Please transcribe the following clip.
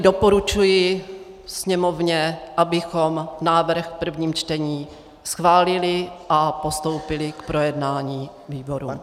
Doporučuji Sněmovně, abychom návrh v prvním čtení schválili a postoupili k projednání výborům.